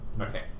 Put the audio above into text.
okay